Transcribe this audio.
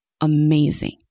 amazing